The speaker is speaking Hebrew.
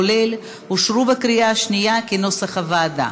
כולל, אושרו בקריאה שנייה, כנוסח הוועדה.